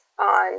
on